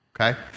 Okay